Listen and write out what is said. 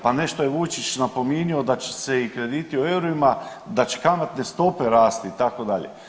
Pa nešto je Vujčić napominjao da će se i krediti u eurima da će kamatne stope rasti itd.